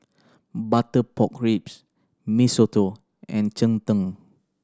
butter pork ribs Mee Soto and cheng tng